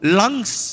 lungs